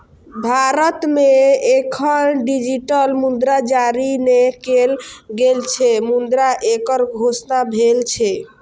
भारत मे एखन डिजिटल मुद्रा जारी नै कैल गेल छै, मुदा एकर घोषणा भेल छै